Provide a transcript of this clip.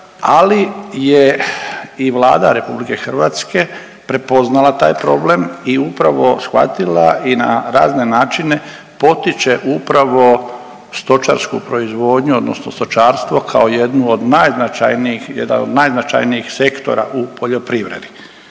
ali je i Vlada RH prepoznala taj problem i upravo shvatila i na razne načine potiče upravo stočarsku proizvodnju odnosno stočarstvo kao jednu od najznačajnijih, jedan od